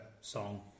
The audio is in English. song